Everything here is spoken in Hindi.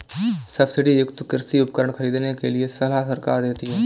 सब्सिडी युक्त कृषि उपकरण खरीदने के लिए सलाह सरकार देती है